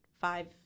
five